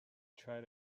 tried